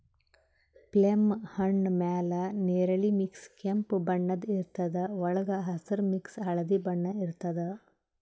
plum ಹಣ್ಣ್ ಮ್ಯಾಲ್ ನೆರಳಿ ಮಿಕ್ಸ್ ಕೆಂಪ್ ಬಣ್ಣದ್ ಇರ್ತದ್ ವಳ್ಗ್ ಹಸ್ರ್ ಮಿಕ್ಸ್ ಹಳ್ದಿ ಬಣ್ಣ ಇರ್ತದ್